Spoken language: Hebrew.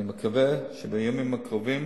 אני מקווה שבימים הקרובים